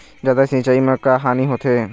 जादा सिचाई म का हानी होथे?